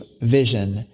vision